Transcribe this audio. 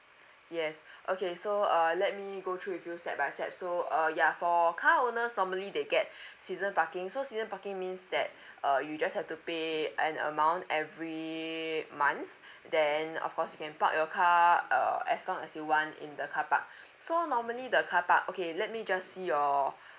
yes okay so uh let me go through with you step by step so uh yeah for car owners normally they get season parking so season parking means that uh you just have to pay an amount every month then of course you can park your car err as long as you want in the car park so normally the car park okay let me just see your